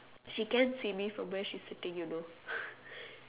she can see me from where she's sitting you know